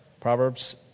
Proverbs